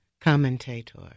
commentator